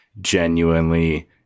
genuinely